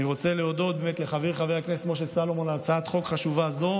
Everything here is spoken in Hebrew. אני רוצה להודות לחברי חבר הכנסת סולומון על הצעת חוק חשובה זו